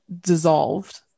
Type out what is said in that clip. dissolved